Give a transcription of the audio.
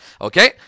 Okay